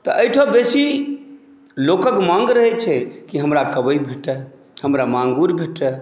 तऽ एहिठाम बेसी लोकक माँग रहैत छै कि हमरा कबइ भेटय हमरा माँगुर भेटय